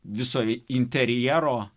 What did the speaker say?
viso interjero